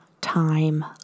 time